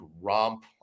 romp